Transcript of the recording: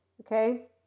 Okay